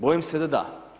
Bojim se da da.